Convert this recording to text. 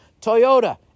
Toyota